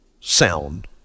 sound